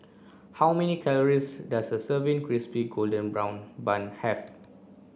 how many calories does a serving crispy golden brown bun have